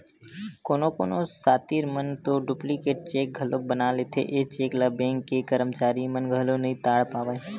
कोनो कोनो सातिर मन तो डुप्लीकेट चेक घलोक बना लेथे, ए चेक ल बेंक के करमचारी मन घलो नइ ताड़ पावय